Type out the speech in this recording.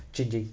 changing